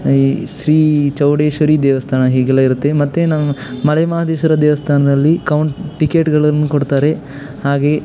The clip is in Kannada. ಈ ಶ್ರೀ ಚೌಡೇಶ್ವರಿ ದೇವಸ್ಥಾನ ಹೀಗೆಲ್ಲ ಇರುತ್ತೆ ಮತ್ತು ನಾನು ಮಲೆ ಮಹದೇಶ್ವರ ದೇವಸ್ಥಾನದಲ್ಲಿ ಕೌಂಟ್ ಟಿಕೆಟ್ಗಳನ್ನು ಕೊಡ್ತಾರೆ ಹಾಗೆಯೇ